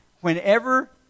whenever